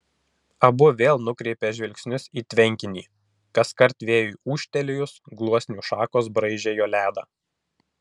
abu vėl nukreipė žvilgsnius į tvenkinį kaskart vėjui ūžtelėjus gluosnių šakos braižė jo ledą